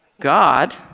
God